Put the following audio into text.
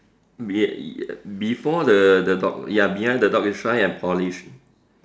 be uh before the the dog ya behind the dog is shine and polish